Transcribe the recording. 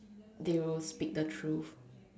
they will speak the truth